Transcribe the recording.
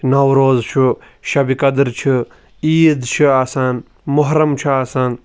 نوروز چھُ شبِ قَدر چھِ عیٖد چھِ آسان مُحرَم چھُ آسان